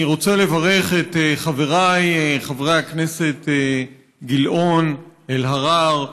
אני רוצה לברך את חבריי חברי הכנסת גילאון, אלהרר,